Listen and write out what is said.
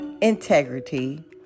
integrity